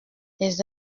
les